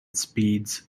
speeds